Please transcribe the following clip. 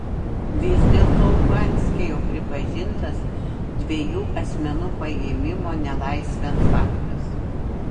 vis dėlto luhanske jau pripažintas dviejų asmenų paėmimo nelaisvėn faktas